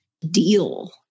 deal